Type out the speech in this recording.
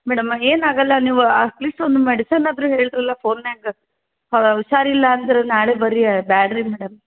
madam ಏನಾಗೋಲ್ಲ ನೀವು at least ಒಂದು ಮೆಡಿಸನ್ನಾದ್ರು ಹೇಳ್ರಲ್ಲ ಫೋನ್ದಾಗ ಹುಷಾರಿಲ್ಲ ಅಂದ್ರೆ ನಾಳೆ ಬರ್ರಿ ಬೇಡರಿ ಮೇಡಮ್